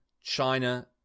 China